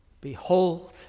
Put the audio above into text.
Behold